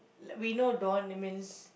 l~ we know Dawn means